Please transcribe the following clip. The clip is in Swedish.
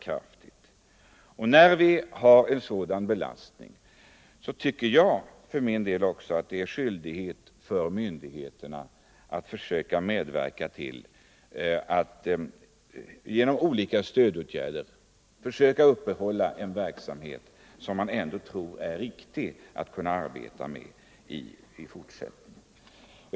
När vi nu har en hård skattebelastning tycker jag att det är myndigheternas skyldighet att genom olika stödåtgärder försöka medverka till att upprätthålla en verksamhet som man tror att det är riktigt att bedriva även i fortsättningen.